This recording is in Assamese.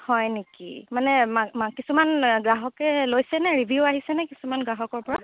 হয় নেকি মানে কিছুমান গ্ৰাহকে লৈছেনে ৰিভিউ আহিছেনে কিছুমান গ্ৰাহকৰ পৰা